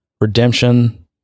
Redemption